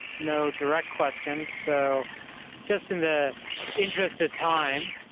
no direct questions. so just in the interest of time,